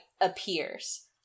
appears